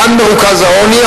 כאן מרוכז העוני,